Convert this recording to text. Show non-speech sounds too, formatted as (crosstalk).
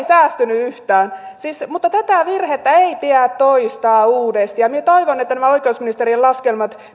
(unintelligible) säästynyt yhtään mutta tätä virhettä ei pidä toistaa ja minä toivon että nämä oikeusministeriön laskelmat